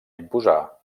imposar